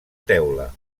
teula